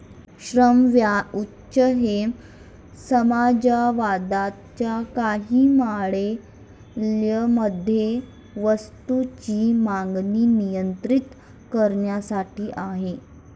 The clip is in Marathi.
श्रम व्हाउचर हे समाजवादाच्या काही मॉडेल्स मध्ये वस्तूंची मागणी नियंत्रित करण्यासाठी आहेत